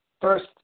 first